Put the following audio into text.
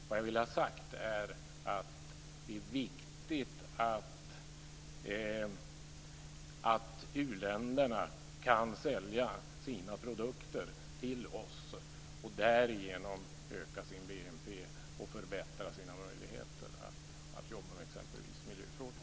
Vad jag vill ha sagt är att det är viktigt att u-länderna kan sälja sina produkter till oss, och därigenom öka sin BNP och förbättra sina möjligheter att jobba med t.ex. miljöfrågorna.